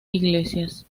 iglesias